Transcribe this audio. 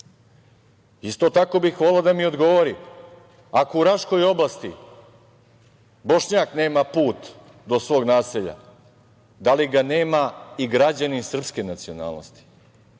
tako bih voleo da mi odgovori – ako u Raškoj oblasti Bošnjak nema put do svog naselja, da li ga nema i građanin srpske nacionalnosti?